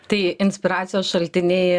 tai inspiracijos šaltiniai